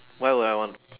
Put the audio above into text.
why would I want